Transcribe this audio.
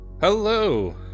hello